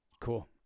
Cool